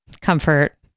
comfort